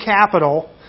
capital